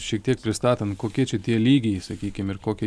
šiek tiek pristatant kokie čia tie lygiai sakykim ir kokia